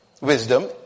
wisdom